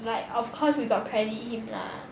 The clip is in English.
like of course we got credit him lah